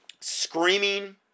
screaming